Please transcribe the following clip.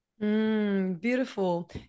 Beautiful